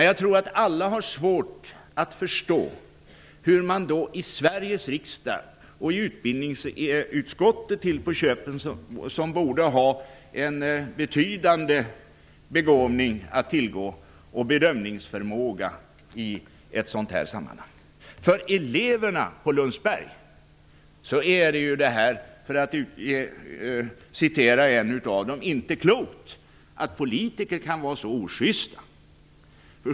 Jag tror att alla har svårt att förstå Sveriges riksdag och utbildningsutskottet till på köpet som ju borde ha en betydande begåvning och bedömningsförmåga att tillgå i ett sådant här sammanhang. För eleverna på Lundsberg är det, för att citera en av dem, inte klokt att politiker kan vara så oschysta.